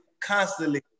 constantly